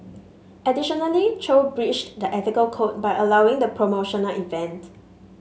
additionally Chow breached the ethical code by allowing the promotional event